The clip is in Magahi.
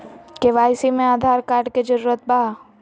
के.वाई.सी में आधार कार्ड के जरूरत बा?